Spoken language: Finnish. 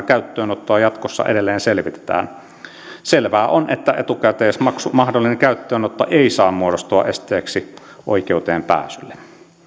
käyttöönottoa jatkossa edelleen selvitetään selvää on että etukäteismaksun mahdollinen käyttöönotto ei saa muodostua esteeksi oikeuteen pääsylle